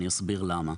אני אסביר למה: